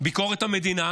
לביקורת המדינה,